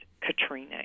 Katrina